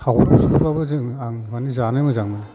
सावब्रब सुब्रबबाबो जों आं माने जानो मोजां मोनो